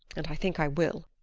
and i think i will,